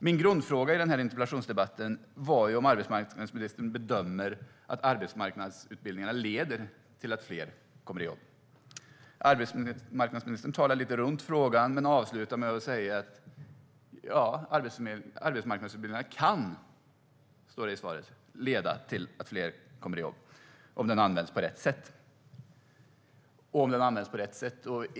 Min grundfråga i interpellationsdebatten är om arbetsmarknadsministern bedömer att arbetsmarknadsutbildningar leder till att fler kommer i jobb. Arbetsmarknadsministern talar lite runt frågan men avslutar med att säga: Arbetsmarknadsutbildning kan - som det heter i svaret - leda till att fler kommer i jobb om den används på rätt sätt.